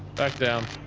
back down.